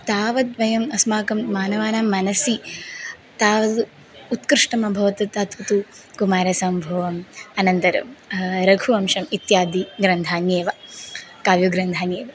तावद्वयम् अस्माकं मानवानां मनसि तावद् उत्कृष्टम् अभवत् तत् तु कुमारसम्भवम् अनन्तरं रघुवंशम् इत्यादिग्रन्थान्येव काव्यग्रन्थान्येव